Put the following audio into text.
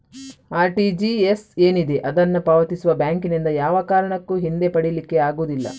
RTGS ಏನಿದೆ ಅದನ್ನ ಪಾವತಿಸುವ ಬ್ಯಾಂಕಿನಿಂದ ಯಾವ ಕಾರಣಕ್ಕೂ ಹಿಂದೆ ಪಡೀಲಿಕ್ಕೆ ಆಗುದಿಲ್ಲ